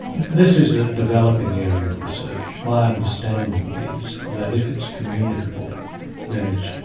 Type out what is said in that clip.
this is a developing area of research. my understanding is that if it's communicable then it's,